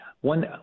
One